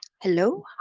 Hello